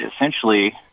essentially